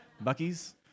Bucky's